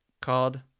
called